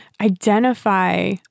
identify